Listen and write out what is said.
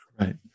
Right